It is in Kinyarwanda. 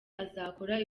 azakora